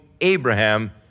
Abraham